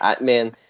Man